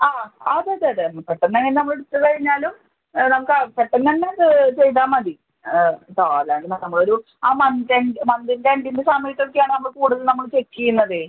ആ ആദ്യത്തെ അതായിരുന്നു പെട്ടെന്ന് തന്നെ നമ്മൾ എടുത്ത് കഴിഞ്ഞാലും നമുക്ക് ആ പെട്ടെന്നുതന്നെ അത് ചെയ്താൽമതി ഇപ്പോൾ അല്ലാണ്ട് നമ്മൾ ഒരു ആ മന്ത് എൻ്റ് മന്തിൻ്റെ എൻ്റിൻ്റെ സമയത്ത് ഒക്കെ ആണ് നമ്മൾ കൂടുതൽ നമ്മൾ ചെക്ക് ചെയ്യുന്നത്